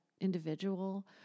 individual